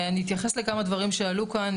אני אתייחס לכמה דברים שעלו כאן,